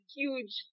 huge